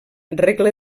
regla